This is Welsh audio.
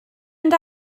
mynd